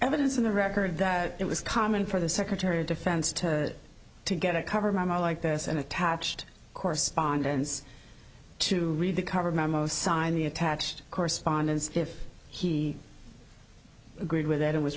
evidence in the record that it was common for the secretary of defense to get a cover memo like this and attached correspondence to read the cover memo signed the attached correspondence if he agreed with that it was